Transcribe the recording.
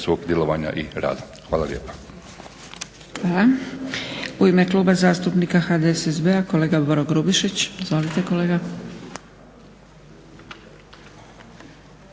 svog djelovanja i rada. Hvala lijepa. **Zgrebec, Dragica (SDP)** Hvala. U ime Kluba zastupnika HDSSB-a, kolega Boro Grubišić. Izvolite kolega.